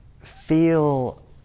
feel